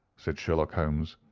said sherlock holmes.